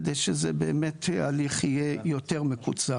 כדי שבאמת ההליך יהיה יותר מקוצר.